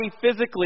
physically